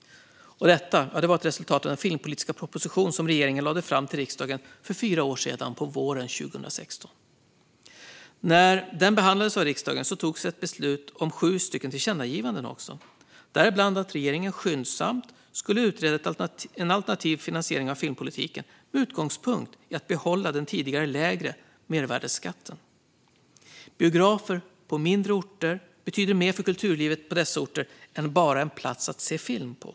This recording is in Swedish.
Detta var ett resultat av den filmpolitiska proposition som regeringen lade fram till riksdagen för fyra år sedan, våren 2016. När den behandlades av riksdagen togs det också beslut om sju tillkännagivanden, däribland att skyndsamt utreda en alternativ finansiering av filmpolitiken med utgångspunkten att behålla den tidigare lägre mervärdesskatten. På mindre orter betyder biografen mer för kulturlivet än bara som en plats att se film på.